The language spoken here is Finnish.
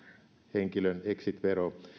henkilön exit vero